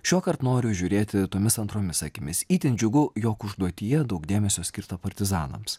šiuokart noriu žiūrėti tomis antromis akimis itin džiugu jog užduotyje daug dėmesio skirta partizanams